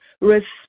respect